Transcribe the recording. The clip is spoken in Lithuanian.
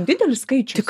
didelis skaičius